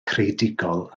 creadigol